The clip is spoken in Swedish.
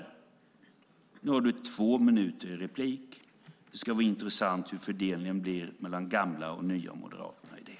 Nu har du en replik på två minuter, och det ska bli intressant att höra hur fördelningen blir mellan de gamla och de nya moderaterna i den.